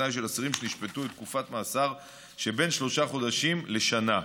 תנאי של אסירים שנשפטו לתקופת מאסר שבין שלושה חודשים לשנה,